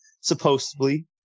supposedly